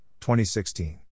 2016